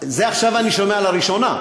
את זה עכשיו אני שומע לראשונה.